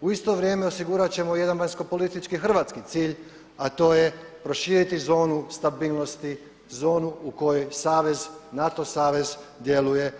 U isto vrijem osigurat ćemo jedan vanjsko politički hrvatski cilj a to je proširiti zonu stabilnosti zonu u kojoj savez, NATO savez djeluje